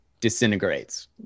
disintegrates